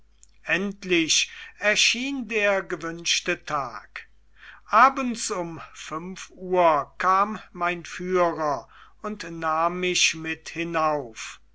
endlich erschien der gewünschte tag abends um fünf uhr kam mein führer und nahm mich mit hinauf